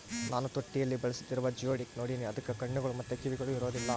ನಾನು ತೊಟ್ಟಿಯಲ್ಲಿ ಬೆಳೆಸ್ತಿರುವ ಜಿಯೋಡುಕ್ ನೋಡಿನಿ, ಅದಕ್ಕ ಕಣ್ಣುಗಳು ಮತ್ತೆ ಕಿವಿಗಳು ಇರೊದಿಲ್ಲ